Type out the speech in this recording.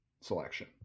selection